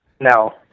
No